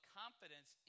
confidence